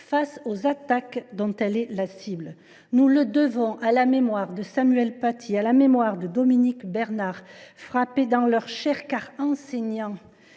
face aux attaques dont elle est la cible. Nous le devons à la mémoire de Samuel Paty et de Dominique Bernard, frappés dans leur chair, car enseignants,